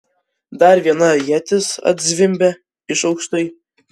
dar viena ietis atzvimbė iš aukštai